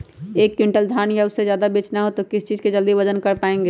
एक क्विंटल धान या उससे ज्यादा बेचना हो तो किस चीज से जल्दी वजन कर पायेंगे?